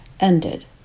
ended